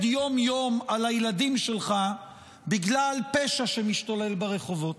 יום-יום על הילדים שלך בגלל פשע שמשתולל ברחובות.